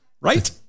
Right